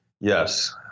Yes